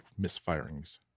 misfirings